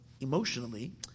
emotionally